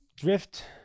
drift